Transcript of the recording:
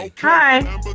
Hi